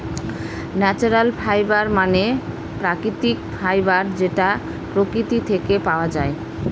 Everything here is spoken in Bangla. ন্যাচারাল ফাইবার মানে প্রাকৃতিক ফাইবার যেটা প্রকৃতি থেকে পাওয়া যায়